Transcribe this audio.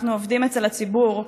אנחנו עובדים אצל הציבור,